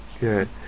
Good